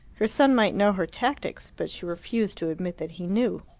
her son might know her tactics, but she refused to admit that he knew.